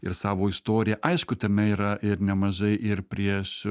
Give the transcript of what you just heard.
ir savo istoriją aišku tame yra ir nemažai ir prieš